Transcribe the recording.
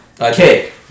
Okay